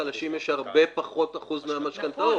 לחלשים יש הרבה פחות אחוז במשכנתאות.